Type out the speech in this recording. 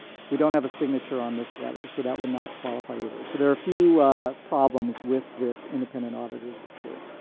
we don't have a signature on this letter. so that would not qualify either. so there are a few problems with this independent auditor's report.